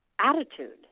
attitude